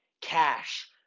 Cash